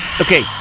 okay